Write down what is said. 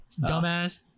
Dumbass